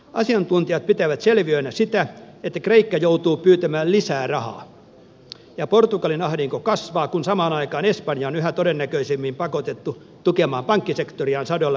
asiantuntijat pitävät selviönä sitä että kreikka joutuu pyytämään lisää rahaa ja portugalin ahdinko kasvaa kun samaan aikaan espanja on yhä todennäköisemmin pakotettu tukemaan pankkisektoriaan sadoilla miljardeilla euroilla